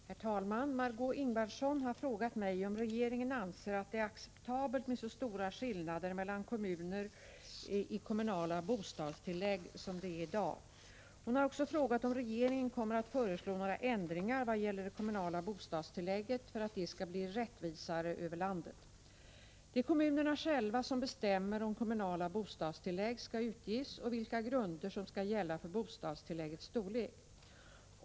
Herr talman! Hon har också frågat om regeringen kommer att föreslå några ändringar vad gäller det kommunala bostadstillägget för att det skall bli rättvisare över landet. Det är kommunerna själva som bestämmer om kommunala bostadstillägg skall utges och vilka grunder som skall gälla för bostadstilläggets storlek.